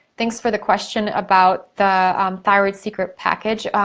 thanks for the question about the thyroid secret package.